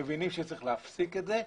מבינים שצריך להפסיק את זה.